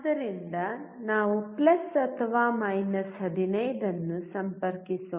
ಆದ್ದರಿಂದ ನಾವು 15 ಅನ್ನು ಸಂಪರ್ಕಿಸೋಣ